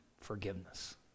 forgiveness